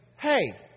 Hey